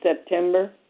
September